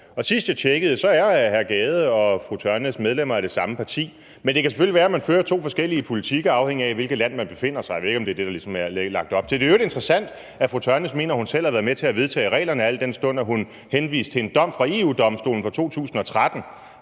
Sidst jeg tjekkede det, var hr. Søren Gade og fru Ulla Tørnæs medlem af det samme parti, men det kan selvfølgelig være, at man fører to forskellige politikker afhængigt af, hvilket land man befinder sig i; jeg ved ikke, om det ligesom er det, der er lagt op til. Det er i øvrigt interessant, at fru Ulla Tørnæs mener, at hun selv har været med til at vedtage reglerne, al den stund at hun henviste til en dom fra EU-Domstolen fra 2013.